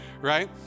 right